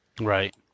Right